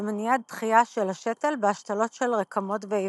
ובמניעת דחייה של השתל בהשתלות של רקמות ואיברים.